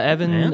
Evan